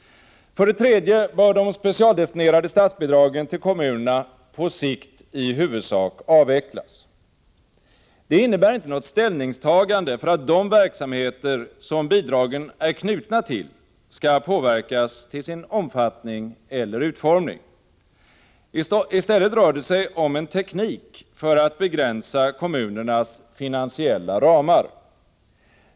För det tredje bör de specialdestinerade statsbidragen till kommunerna på sikt i huvudsak avvecklas. Det innebär inte något ställningstagande för att de verksamheter som bidragen är knutna till skall påverkas till sin omfattning eller utformning. I stället rör det sig om en teknik för att begränsa kommunernas finansiella ramar.